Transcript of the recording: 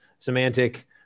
semantic